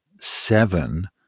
seven